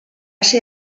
ser